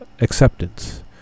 acceptance